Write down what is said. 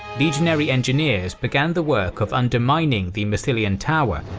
legionary engineers began the work of undermining the massilian tower,